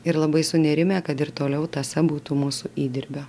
ir labai sunerimę kad ir toliau tąsa būtų mūsų įdirbio